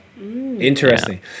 Interesting